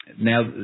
Now